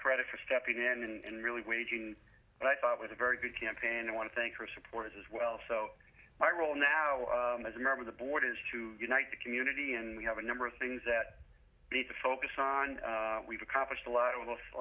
credit for stepping in and really waging but i thought with a very good campaign want to thank her supporters as well so my role now or as a member of the board is to unite the community and we have a number of things that need to focus on we've accomplished a lot of the